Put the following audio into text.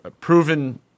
proven